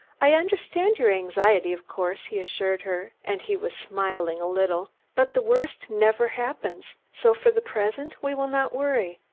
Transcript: i understand your anxiety, of course, he assured her, and he was smiling a little, but the worst never happens so for the present we will not worry.